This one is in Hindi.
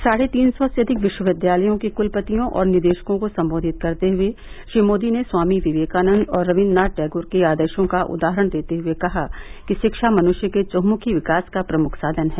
साढ़े तीन सौ से अधिक विश्वविद्यालयों के कुलपतियों और निदेशकों को संबोधित करते हुए श्री मोदी ने स्वामी विवेकानंद और रवीन्द्र नाथ टैगोर के आदर्शो का उदाहरण देते हुए कहा कि शिक्षा मनुष्य के चंहुमुखी विकास का प्रमुख साधन है